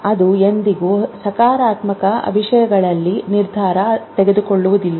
ಇದು ಎಂದಿಗೂ ಸಕಾರಾತ್ಮಕ ವಿಷಯಗಳಲ್ಲಿ ನಿರ್ಧಾರ ತೆಗೆದುಕೊಳ್ಳುವುದಿಲ್ಲ